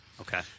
Okay